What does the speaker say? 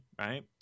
right